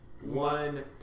One